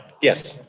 yes.